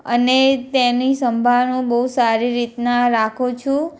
અને તેની સંભાળ હું બહુ સારી રીતના રાખું છું